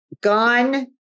gone